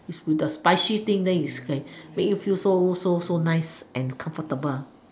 is in the spicy thing then you can make you feel so so nice and comfortable